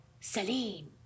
Celine